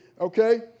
Okay